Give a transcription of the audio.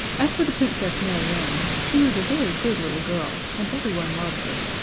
as for the princess mary ann, she was a very good little girl, and everyone loved her.